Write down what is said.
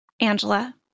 Angela